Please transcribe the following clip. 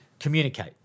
communicate